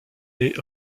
est